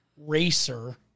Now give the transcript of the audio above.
racer